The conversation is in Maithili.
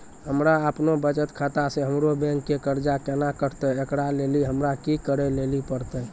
हमरा आपनौ बचत खाता से हमरौ बैंक के कर्जा केना कटतै ऐकरा लेली हमरा कि करै लेली परतै?